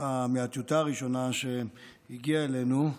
הראשונה שהגיעה אלינו,